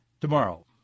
tomorrow